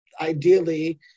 ideally